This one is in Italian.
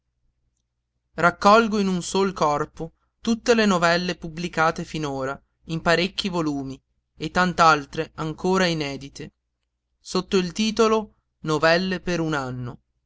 raccolgo in un sol corpo tutte le novelle pubblicate finora in parecchi volumi e tant'altre ancora inedite sotto il titolo novelle per un anno